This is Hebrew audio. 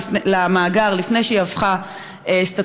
למאגר לפני שהיא הפכה סטטוטורית,